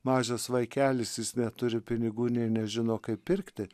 mažas vaikelis jis neturi pinigų nei nežino kaip pirkti